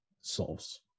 solves